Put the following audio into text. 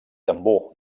tambor